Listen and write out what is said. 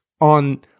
on